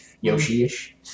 Yoshi-ish